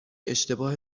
اشتباه